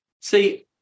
See